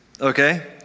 okay